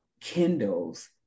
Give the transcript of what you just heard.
kindles